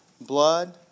blood